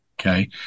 Okay